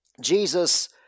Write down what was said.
Jesus